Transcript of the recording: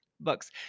books